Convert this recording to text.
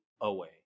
away